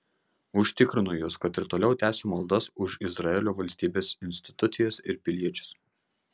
užtikrinu jus kad ir toliau tęsiu maldas už izraelio valstybės institucijas ir piliečius